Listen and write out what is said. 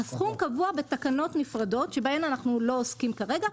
הסכום קבוע בתקנות נפרדות שבהן אנחנו לא עוסקים כרגע,